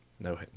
no